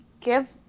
give